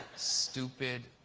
stupid.